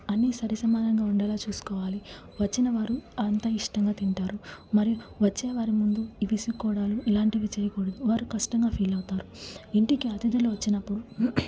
అన్నీ సరిసమానంగా ఉండేలా చూసుకోవాలి వచ్చిన వారు అంత ఇష్టంగా తింటారు మరియు వచ్చేవారి ముందు విసుగుకోవడాలు ఇలాంటివి చేయకూడదు వారు కష్టంగా ఫీల్ అవుతారు ఇంటికి అతిధులు వచ్చినప్పుడు